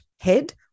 head